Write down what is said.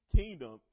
kingdom